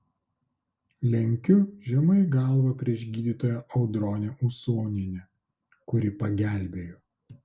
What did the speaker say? lenkiu žemai galvą prieš gydytoją audronę usonienę kuri pagelbėjo